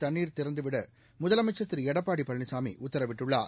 தண்ணீர் திறந்துவிட முதலமைச்சர் திரு எடப்பாடி பழனிசாமி உத்தரவிட்டுள்ளார்